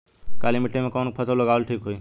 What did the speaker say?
काली मिट्टी में कवन फसल उगावल ठीक होई?